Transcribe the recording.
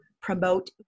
promote